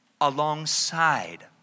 alongside